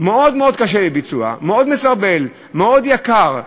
מאוד מאוד קשה לביצוע, מאוד מסרבל, מאוד יקר,